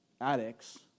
addicts